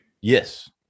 Yes